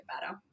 better